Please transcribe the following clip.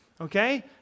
okay